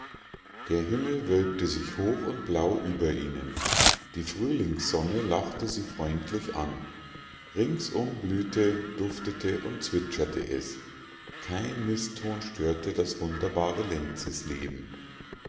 der himmel wölbte sich hoch und blau über ihnen die frühlingssonne lachte sie freundlich an ringsum blühte duftete und zwitscherte es kein mißton störte das wunderbare lenzesleben lucie